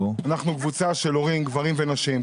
אנחנו קבוצה של הורים, גברים ונשים.